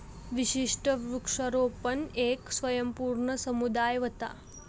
विशिष्ट वृक्षारोपण येक स्वयंपूर्ण समुदाय व्हता